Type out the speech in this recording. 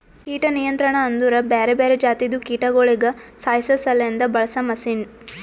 ಕೀಟ ನಿಯಂತ್ರಣ ಅಂದುರ್ ಬ್ಯಾರೆ ಬ್ಯಾರೆ ಜಾತಿದು ಕೀಟಗೊಳಿಗ್ ಸಾಯಿಸಾಸಲೆಂದ್ ಬಳಸ ಮಷೀನ್